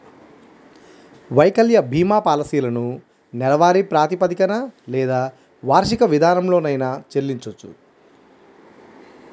వైకల్య భీమా పాలసీలను నెలవారీ ప్రాతిపదికన లేదా వార్షిక విధానంలోనైనా చెల్లించొచ్చు